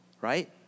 right